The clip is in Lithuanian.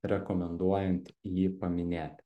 rekomenduojant jį paminėti